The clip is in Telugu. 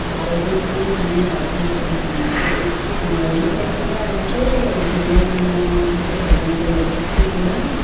ఆరోగ్యశ్రీ అనే ఒక పథకం కూడా ఉందండి రీసెంట్గా అయితే ఏఎన్ఎం అంటే ప్రెగ్నెంట్ లేడీస్కి కూడా